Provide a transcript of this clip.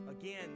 Again